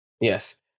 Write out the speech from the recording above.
Yes